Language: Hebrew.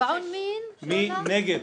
מי נגד?